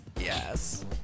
Yes